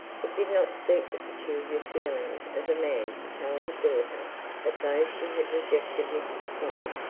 it did not suit the peculiar feelings of the man to tell his daughter that though she had rejected mr slope,